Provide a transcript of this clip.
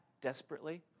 desperately